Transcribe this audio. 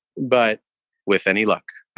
but with any luck